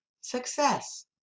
success